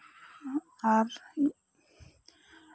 ᱟᱨ